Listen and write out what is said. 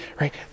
Right